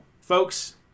folks